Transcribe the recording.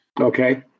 Okay